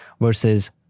versus